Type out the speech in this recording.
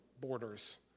borders